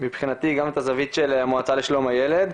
את הזווית של המועצה לשלום הילד.